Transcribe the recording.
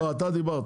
לא, אתה דיברת.